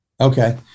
Okay